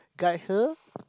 guide her